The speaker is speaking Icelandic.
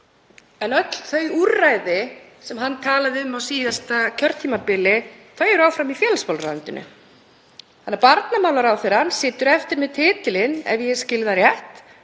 en öll þau úrræði sem hann talaði um á síðasta kjörtímabili eru áfram í félagsmálaráðuneytinu. Barnamálaráðherra situr eftir með titilinn, ef ég skil það rétt,